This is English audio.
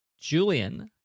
Julian